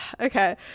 Okay